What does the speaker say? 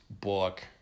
book